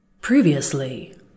Previously